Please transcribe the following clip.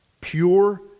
pure